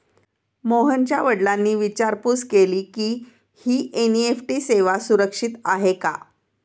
मोहनच्या वडिलांनी विचारपूस केली की, ही एन.ई.एफ.टी सेवा सुरक्षित आहे का?